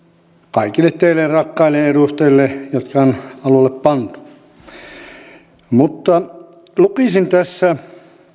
kaikille teille rakkaille edustajille jotka on alulle pantu lukisin tässä